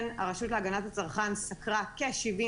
כן, הרשות להגנת הצרכן סקרה כ-74